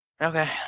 Okay